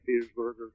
Petersburg